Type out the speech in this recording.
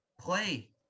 play